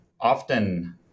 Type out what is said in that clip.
often